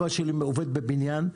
אבא שלי עובד בבניין,